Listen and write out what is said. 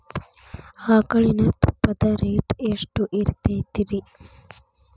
ಆಕಳಿನ ತುಪ್ಪದ ರೇಟ್ ಎಷ್ಟು ಇರತೇತಿ ರಿ?